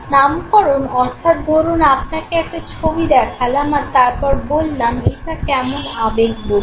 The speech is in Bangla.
নামকরণ অর্থাৎ ধরুন আপনাকে একটা ছবি দেখালাম আর তারপর বললাম এটা কেমন আবেগ বলুন